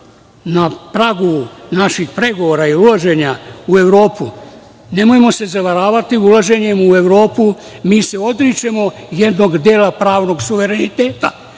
na pragu naših pregovora i ulaženja u Evropu, nemojmo se zavaravati ulaženjem u Evropu, mi se odričemo jednog dela pravnog suvereniteta,